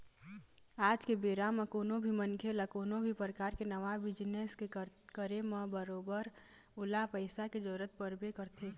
आज के बेरा म कोनो भी मनखे ल कोनो भी परकार के नवा बिजनेस के करे म बरोबर ओला पइसा के जरुरत पड़बे करथे